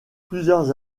plusieurs